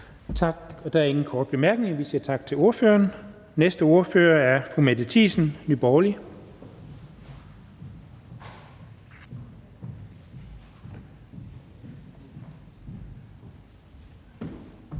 Tak. Der er ingen korte bemærkninger, så vi siger tak til ordføreren. Næste ordfører er fru Mette Thiesen, Nye Borgerlige.